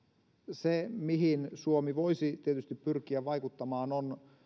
se mihin suomi voisi tietysti pyrkiä vaikuttamaan on